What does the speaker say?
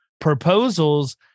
proposals